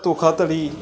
ਧੋਖਾਧੜੀ